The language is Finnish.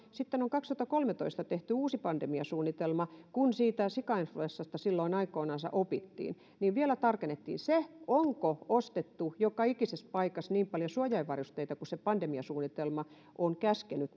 sitten on kaksituhattakolmetoista tehty uusi pandemiasuunnitelma kun sikainfluenssasta silloin aikoinansa opittiin niin sitä vielä tarkennettiin se onko ostettu joka ikisessä paikassa niin paljon suojavarusteita kuin se pandemiasuunnitelma on käskenyt